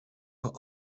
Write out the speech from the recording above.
wel